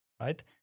right